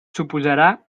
suposarà